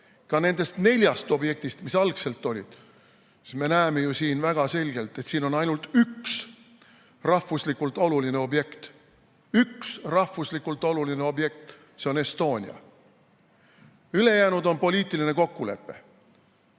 ka nendest neljast objektist, mis algselt olid, siis me näeme väga selgelt, et siin on ainult üks rahvuslikult oluline objekt. Üks rahvuslikult oluline objekt, mis on Estonia. Ülejäänud on poliitiline kokkulepe.